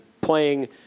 playing